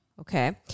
okay